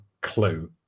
clue